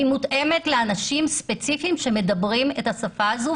היא מותאמת לאנשים ספציפיים שמדברים בשפה הזאת,